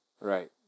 right